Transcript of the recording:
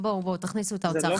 תכניסו את האוצר.